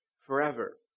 forever